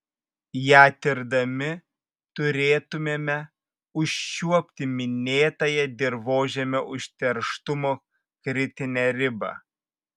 ją tirdami turėtumėme užčiuopti minėtąją dirvožemio užterštumo kritinę ribą